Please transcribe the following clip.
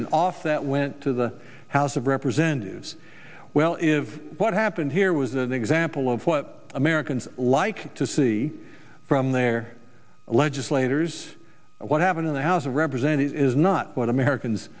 opinion off that went to the house of representatives well what happened here was an example of what americans like to see from their legislators what happened in the house of representatives is not what americans